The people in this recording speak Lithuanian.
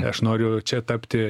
aš noriu čia tapti